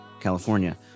California